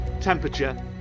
temperature